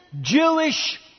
Jewish